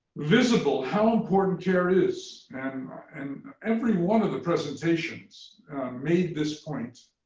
visible how important care is. and and every one of the presentations made this point